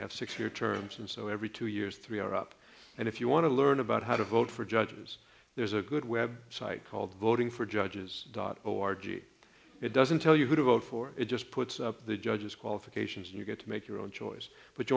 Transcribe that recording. have six year terms and so every two years three are up and if you want to learn about how to vote for judges there is a good web site called voting for judges orgy it doesn't tell you who to vote for it just puts the judges qualifications you get to make your own choice but you